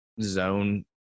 zone